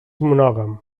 monògam